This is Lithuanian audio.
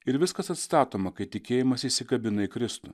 ir viskas atstatoma kai tikėjimas įsikabina į kristų